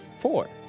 Four